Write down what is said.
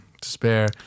Despair